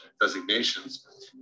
designations